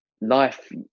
life